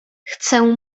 chcę